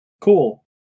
cool